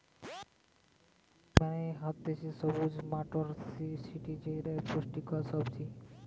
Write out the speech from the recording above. green pea মানে হতিছে সবুজ মটরশুটি যেটা পুষ্টিকর সবজি